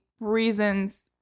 reasons